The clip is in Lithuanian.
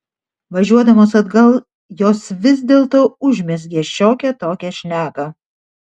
važiuodamos atgal jos vis dėlto užmezgė šiokią tokią šneką